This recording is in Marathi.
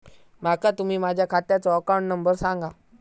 माका तुम्ही माझ्या खात्याचो अकाउंट नंबर सांगा?